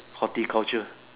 horticulture